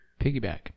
piggyback